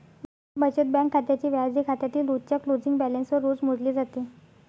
बचत बँक खात्याचे व्याज हे खात्यातील रोजच्या क्लोजिंग बॅलन्सवर रोज मोजले जाते